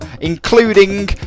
including